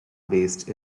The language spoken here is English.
based